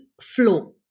flow